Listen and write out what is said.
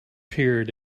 period